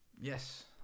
yes